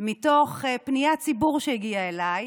מתוך פניית ציבור שהגיעה אליי.